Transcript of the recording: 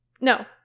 No